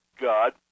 God